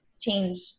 change